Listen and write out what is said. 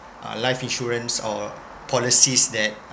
uh life insurance or policies that